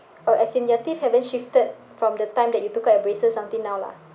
oh as in your teeth haven't shifted from the time that you took out your braces until now lah